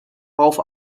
half